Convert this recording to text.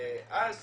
אז